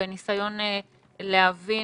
בניסיון להבין